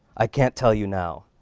i can't tell you now.